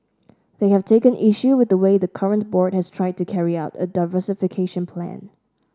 they have taken issue with the way the current board has tried to carry out a diversification plan